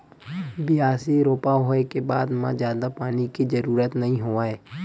बियासी, रोपा होए के बाद म जादा पानी के जरूरत नइ होवय